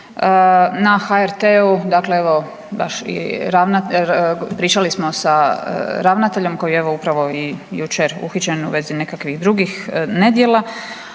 baš pričali smo sa ravnateljem koji je evo upravo i jučer uhićen u vezi nekakvih drugih nedjela,